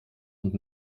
und